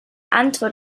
antwort